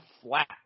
flat